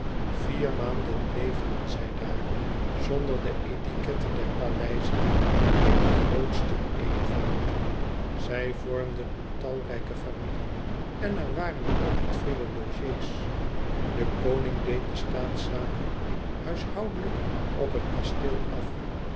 vier maanden leefden zij daar zonder de etiquette der paleizen in den grootsten eenvoud zij vormden een talrijke familie en er waren altijd vele logé's de koning deed de staatszaken huishoudelijk op het kasteel af